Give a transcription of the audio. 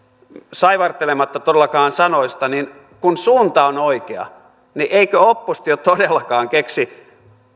saivartelematta todellakaan sanoja niin kun suunta on oikea eikö oppositio todellakaan keksi